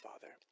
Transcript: Father